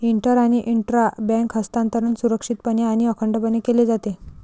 inter आणि intra bank हस्तांतरण सुरक्षितपणे आणि अखंडपणे केले जाते